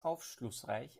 aufschlussreich